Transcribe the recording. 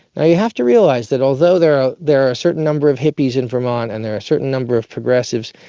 yeah you have to realise that although there are there are a certain number of hippies in vermont and there are a certain number of progressives,